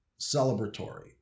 celebratory